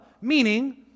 meaning